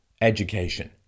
education